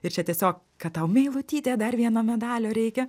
ir čia tiesiog kad tau meilutyte dar vieno medalio reikia